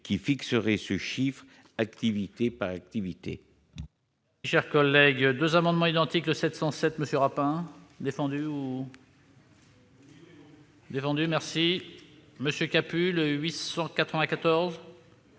qui fixerait ce chiffre activité par activité.